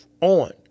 on